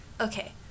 Okay